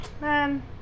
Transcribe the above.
man